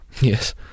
yes